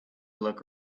look